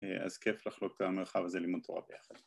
‫אז כיף לחלוק את המרחב הזה ‫ללמוד תורה ביחד.